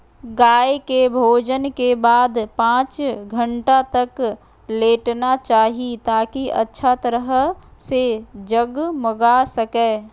गाय के भोजन के बाद पांच घंटा तक लेटना चाहि, ताकि अच्छा तरह से जगमगा सकै